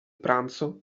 pranzo